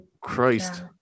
Christ